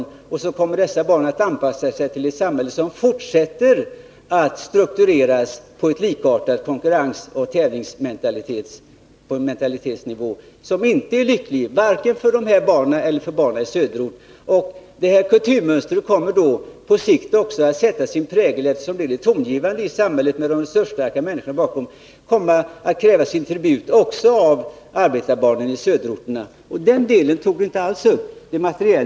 På så sätt kommer barnen att anpassa sig till ett samhälle som fortsätter att struktureras med en likartad konkurrensoch tävlingsmentalitet som inte är lycklig vare sig för dessa barn eller för barnen i söderort. Detta kulturmönster, som de resursstarka människorna står bakom, kommer då på sikt också att bli det tongivande i samhället, och det kommer att kräva sin tribut även av arbetarbarnen i söderort. Den delen av problemet tog Bertil Hansson inte alls upp.